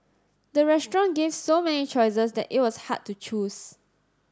the restaurant gave so many choices that it was hard to choose